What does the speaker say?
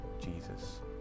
Jesus